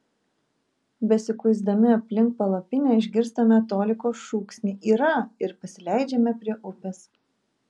besikuisdami aplink palapinę išgirstame toliko šūksnį yra ir pasileidžiame prie upės